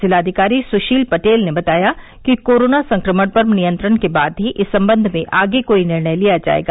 जिलाधिकारी सुशील पटेल ने बताया कि कोरोना संक्रमण पर नियंत्रण के बाद ही इस संबंध में आगे कोई निर्णय लिया जाएगा